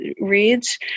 reads